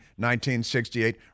1968